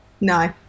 No